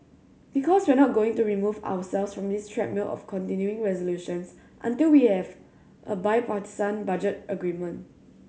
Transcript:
because we're not going to remove ourselves from this treadmill of continuing resolutions until we have a bipartisan budget agreement